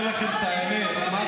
ורולקס של 400,000 שקל, ואתה פריבילג.